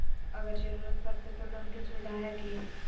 अगर जरूरत परते तो लोन के सुविधा है की?